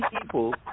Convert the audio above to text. people